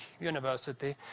university